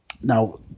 Now